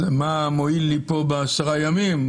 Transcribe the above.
מה מועיל לי כאן בעשרת הימים?